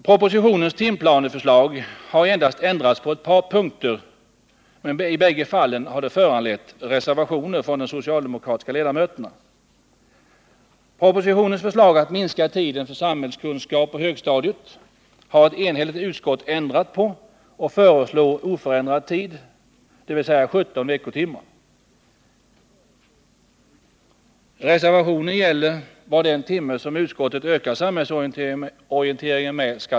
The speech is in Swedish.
Propositionens timplaneförslag har ändrats endast på ett par punkter, men i bägge fallen har ändringen föranlett reservationer från de socialdemokratiska ledan-öterna i utskottet. Propositionens förslag att minska tiden för samhällskunskap på högstadiet har ett enigt utskott ändrat på, och utskottsmajoriteten föreslår oförändrad tid, dvs. 17 veckotimmar. Reservationen gäller frågan om varifrån den timme skall tas som utskottet ökar samhällsorienteringen med.